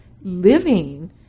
living